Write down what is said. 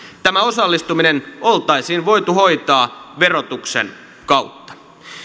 tämä osallistuminen oltaisiin voitu hoitaa verotuksen kautta